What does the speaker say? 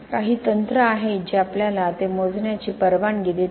काही तंत्रे आहेत जी आपल्याला ते मोजण्याची परवानगी देतात